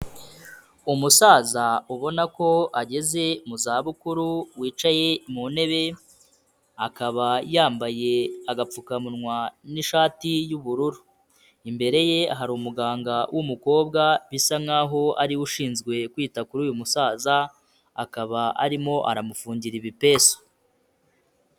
Umusaza ubona ko ageze mu zabukuru wicaye mu ntebe, akaba yambaye agapfukamunwa n'ishati y'ubururu. Imbere ye hari umuganga w'umukobwa bisa nkaho ari we ushinzwe kwita kuri uyu musaza, akaba arimo aramufungira ibipesu.